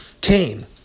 came